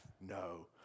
no